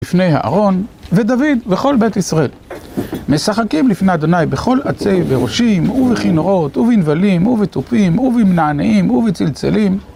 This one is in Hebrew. לפני הארון, ודוד, וכל בית ישראל משחקים לפני ה' בכל עצי ברושים, ובכנרות ובנבלים ובתפים ובמנענעים ובצלצלים